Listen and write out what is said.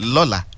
Lola